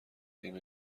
اینو